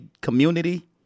community